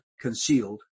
concealed